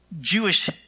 Jewish